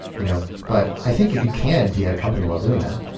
you know but i think if you can be at a company while doing that,